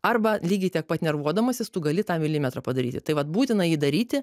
arba lygiai tiek pat nervuodamasis tu gali tą milimetrą padaryti tai vat būtina jį daryti